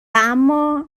اما